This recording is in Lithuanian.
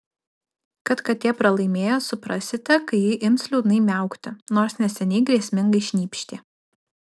kad katė pralaimėjo suprasite kai ji ims liūdnai miaukti nors neseniai grėsmingai šnypštė